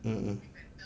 mm mm